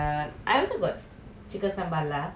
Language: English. chicken sambal அதான்:athaan